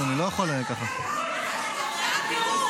סליחה, אני מבקש לא להפריע, תודה רבה.